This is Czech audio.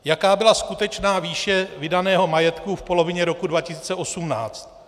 Jaká byla skutečná výše vydaného majetku v polovině roku 2018?